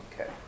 Okay